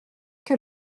que